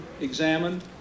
examined